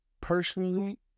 personally